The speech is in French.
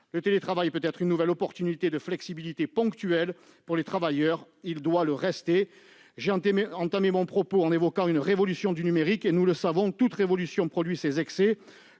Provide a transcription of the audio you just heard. Le télétravail doit rester une nouvelle possibilité de flexibilité ponctuelle pour les travailleurs. J'ai entamé mon propos en évoquant une révolution du numérique : nous le savons, toute révolution produit des excès.